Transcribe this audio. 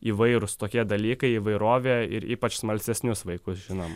įvairūs tokie dalykai įvairovė ir ypač smalsesnius vaikus žinoma